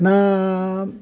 ना